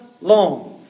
long